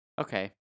Okay